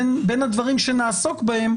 בין הדברים שנעסוק בהם,